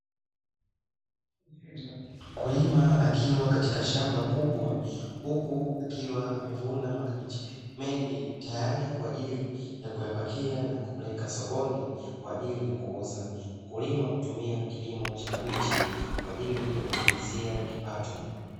Mkulima akiwa katika shamba kubwa, huku akiwa amevuna makabichi mengi tayari kwa ajili ya kuyapakia na kuyapeleka sokoni kwa ajili ya kuuza. Mkulima hutumia kilimo cha kibichi kwa ajili ya kujiingizia kipato.